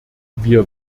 wir